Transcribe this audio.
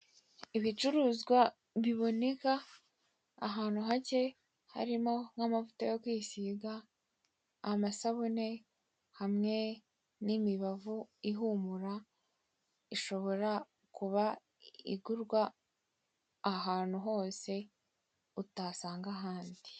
Icuruzwa biboneka ahantu hake harimo nk'amavuta yo kwisiga, amasabune, hamwe n'imibavu ihumura ishobora kuba igurwa ahantu hose utasanga ahandi.